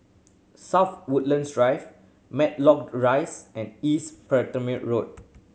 South Woodlands Drive Matlock Rise and East Road